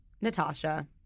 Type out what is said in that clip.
Natasha